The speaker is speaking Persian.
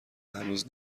هنوز